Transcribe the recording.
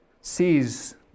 sees